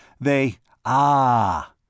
They—'Ah